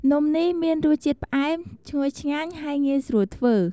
នំនេះមានរសជាតិផ្អែម ឈ្ងុយឆ្ងាញ់ ហើយងាយស្រួលធ្វើ។